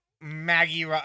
Maggie